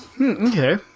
Okay